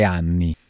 anni